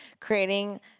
creating